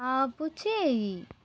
ఆపుచేయి